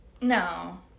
no